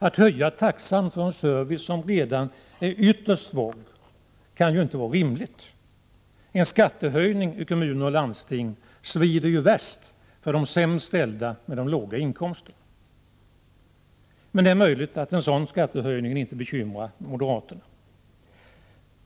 Att höja taxan för en service som redan är dålig kan inte vara rimligt. En skattehöjning i kommuner och landsting svider ju värst för de sämst ställda, de med låga inkomster. Men det är möjligt att en sådan skattehöjning inte bekymrar moderaterna.